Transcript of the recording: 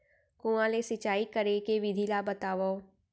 कुआं ले सिंचाई करे के विधि ला बतावव?